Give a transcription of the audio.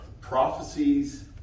prophecies